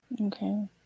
okay